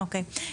אוקיי.